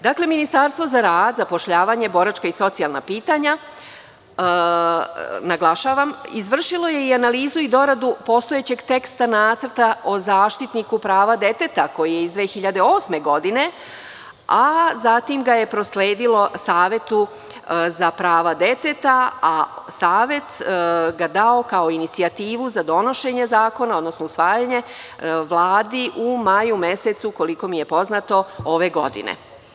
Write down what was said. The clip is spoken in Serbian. Dakle, Ministarstvo za rad, zapošljavanje, boračka i socijalna pitanja, naglašavam, izvršilo je analizu i doradu postojećeg teksta Nacrta o Zaštitniku prava deteta, koji je iz 2008. godine, a zatim ga je prosledilo Savetu za prava deteta, a Savet ga dao kao Inicijativu za donošenje zakona, odnosno usvajanje Vladi u maju mesecu ove godine.